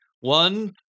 One